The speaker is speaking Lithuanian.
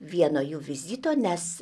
vieno jų vizito nes